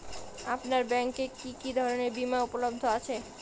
আপনার ব্যাঙ্ক এ কি কি ধরনের বিমা উপলব্ধ আছে?